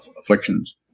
afflictions